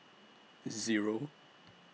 Zero